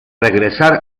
regresar